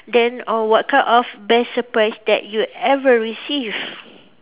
then uh what kind of best surprise that you ever received